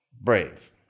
Brave